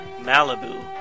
Malibu